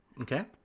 Okay